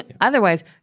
Otherwise